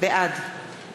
בעד